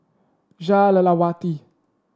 Jah Lelawati